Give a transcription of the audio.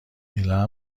گله